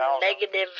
negative